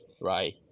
right